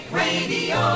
radio